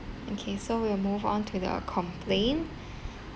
okay so we'll move on to the complaint